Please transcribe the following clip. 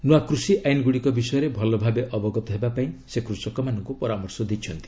ନୂଆ କୃଷି ଆଇନଗୁଡ଼ିକ ବିଷୟରେ ଭଲଭାବେ ଅବଗତ ହେବା ପାଇଁ ସେ କୃଷକମାନଙ୍କୁ ପରାମର୍ଶ ଦେଇଛନ୍ତି